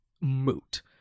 moot